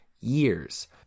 years